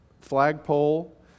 flagpole